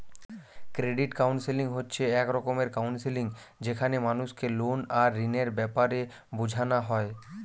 credit counselling হচ্ছে এক রকমের কাউন্সেলিং যেখানে মানুষকে লোন আর ঋণের বেপারে বুঝানা হয়